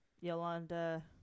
Yolanda